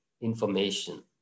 information